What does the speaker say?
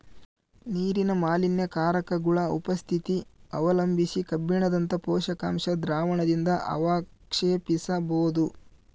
ನೀರಿನ ಮಾಲಿನ್ಯಕಾರಕಗುಳ ಉಪಸ್ಥಿತಿ ಅವಲಂಬಿಸಿ ಕಬ್ಬಿಣದಂತ ಪೋಷಕಾಂಶ ದ್ರಾವಣದಿಂದಅವಕ್ಷೇಪಿಸಬೋದು